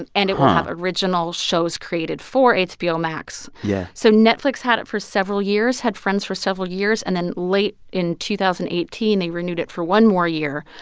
and and it will have original shows created for hbo max yeah so netflix had it for several years had friends for several years. and then late in two thousand and eighteen, they renewed it for one more year,